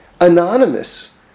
anonymous